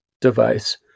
device